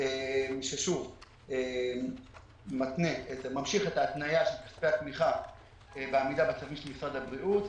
ששוב ממשיך את ההתניה של כספי התמיכה בעמידה בצווים של משרד הבריאות,